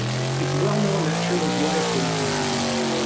it's well known that truman's wife didn't think he could win?